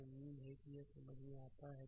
तो उम्मीद है कि यह समझ में आता है